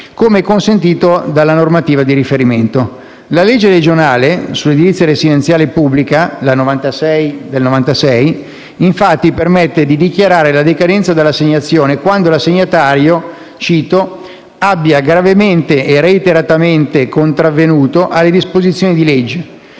come consentito dalla normativa di riferimento. La legge regionale sull'edilizia residenziale pubblica (n. 96 del 1996), infatti, permette di dichiarare la decadenza dell'assegnazione quando l'assegnatario «abbia gravemente e reiteratamente contravvenuto alle disposizioni di legge,